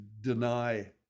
deny